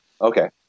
Okay